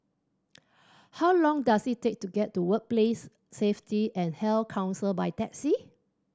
how long does it take to get to Workplace Safety and Health Council by taxi